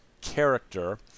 character